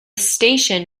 station